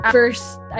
first